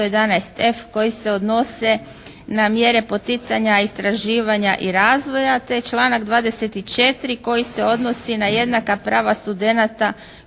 111f. koji se odnose na mjere poticanja, istraživanja i razvoja te članak 24. koji se odnosi na jednaka prava studenata